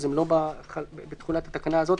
אז הם לא בתכולת התקנה הזאת.